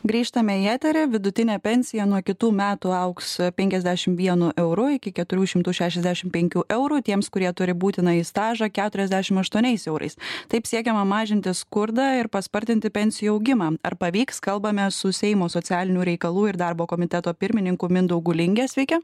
grįžtame į eterį vidutinė pensija nuo kitų metų aukso penkiasdešim vienu euru iki keturi šimtų šešiasdešim penkių eurų tiems kurie turi būtinąjį stažą ketuirasdešim aštuoniais eurais taip siekiama mažinti skurdą ir paspartinti pensijų augimą ar pavyks kalbame su seimo socialinių reikalų ir darbo komiteto pirmininku mindaugu linge sveiki